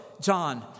John